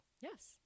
Yes